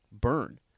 burn